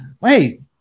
Wait